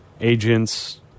agents